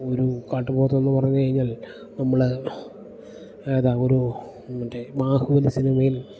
ഒരു കാട്ടുപോത്ത് എന്ന് പറഞ്ഞ് കഴിഞ്ഞാൽ നമ്മള് ഏതാ ഒരു മറ്റേ ബാഹുബലി സിനിമയിൽ